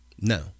No